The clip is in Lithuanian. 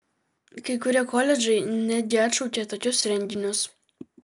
kai kurie koledžai netgi atšaukė tokius renginius